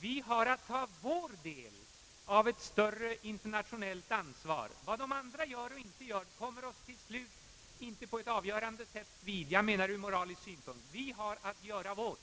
Vi har dock att ta vår del av ett större internationellt ansvar. Vad de andra gör eller inte gör kommer oss till slut inte på ett avgörande sätt vid, ur moralisk synpunkt menar jag. Vi har att göra vårt.